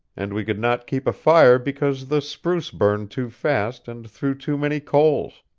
and we could not keep a fire because the spruce burned too fast and threw too many coals.